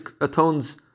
atones